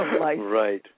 right